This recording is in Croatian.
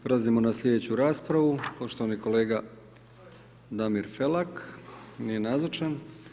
Prelazimo na slijedeću raspravu, poštovani kolega Damir Felak, nije nazočan.